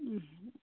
হুম